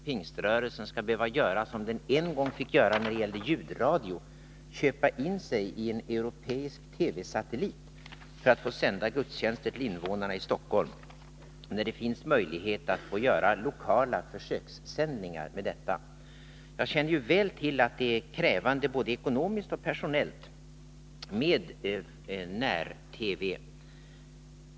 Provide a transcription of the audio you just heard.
Pingströrelsen skall behöva göra som den en gång måste när det gällde ljudradio, nämligen köpa in sig i en europeisk TV-satellit för att få sända gudstjänster till invånarna i Stockholm, när det finns möjlighet att göra lokala försökssändningar. Jag känner väl till att det är krävande, både ekonomiskt och personellt, med när-TV.